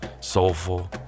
soulful